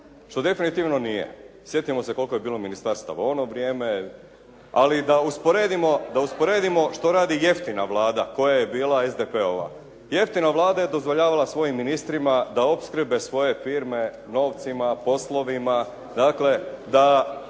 što definitivno nije. Sjetimo se koliko je bilo ministarstava u ono vrijeme. Ali da usporedimo što radi jeftina Vlada koja je bila SDP-ova. Jeftina Vlada je dozvoljavala svojim ministrima da opskrbe svoje firme novcima, poslovima, dakle ta